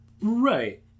Right